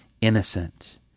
innocent